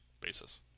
basis